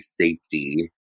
safety